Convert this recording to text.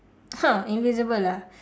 !huh! invisible ah